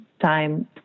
time